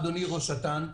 אדוני ראש את"ן,